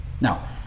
Now